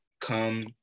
come